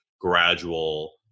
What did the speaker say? gradual